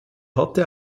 hatte